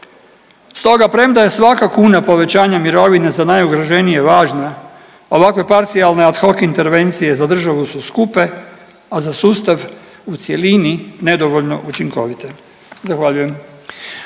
Stoga premda je svaka kuna povećanje mirovine za najugroženije važna ovakve parcijalne ad hoc intervencije za državu su skupe, a za sustav u cjelini nedovoljno učinkovite. Zahvaljujem.